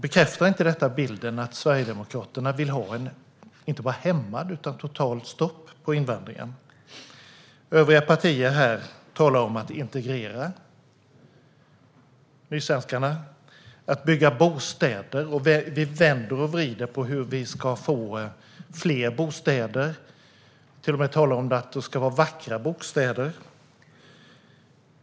Bekräftar inte detta bilden att Sverigedemokraterna vill ha en inte bara hämmad utan totalt stoppad invandring? Övriga partier här talar om att integrera nysvenskarna och om att bygga bostäder. Vi vänder och vrider på hur vi ska få fler bostäder. Vi talar till och med om att det ska vara vackra bostäder.